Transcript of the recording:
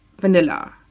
vanilla